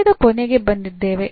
ಪಠ್ಯದ ಕೊನೆಗೆ ಬಂದಿದ್ದೇವೆ